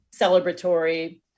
celebratory